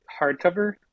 hardcover